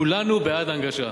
כולנו בעד הנגשה.